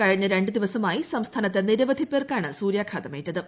കഴിഞ്ഞ രണ്ടു ദിവസമായി സംസ്ഥാനത്ത് നിരവധി പേർക്കാണ് സൂര്യാഘാതം ഏറ്റത്